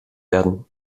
werden